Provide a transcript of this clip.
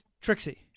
Trixie